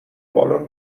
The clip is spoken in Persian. بالن